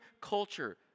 culture